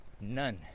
None